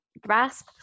grasp